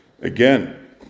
Again